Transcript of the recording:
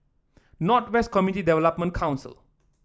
North West Community Development Council